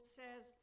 says